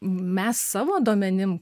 mes savo duomenim